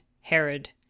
herod